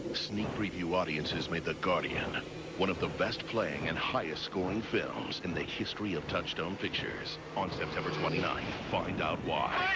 sneak preview audiences made the guardian one of the best playing and highest scoring films in the history of touchstone pictures. on september twenty nine, find out why.